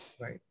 right